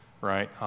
right